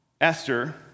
Esther